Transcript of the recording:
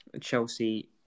Chelsea